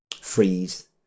freeze